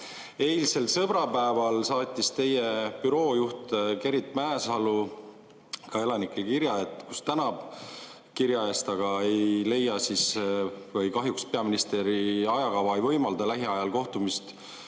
Eilsel sõbrapäeval saatis teie büroo juht Gerrit Mäesalu elanikele kirja, kus tänab kirja eest, [ütleb, et] kahjuks peaministri ajakava ei võimalda lähiajal kohtumist